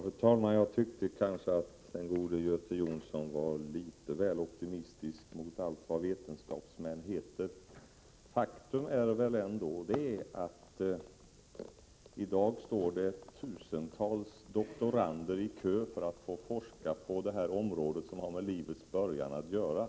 Kroppen Fru talman! Jag tyckte att den gode Göte Jonsson var litet väl optimistisk när det gäller allt vad vetenskapsmän heter. Faktum är väl ändå att tusentals doktorander i dag står i kö för att få forska på det här området som har med livets början att göra.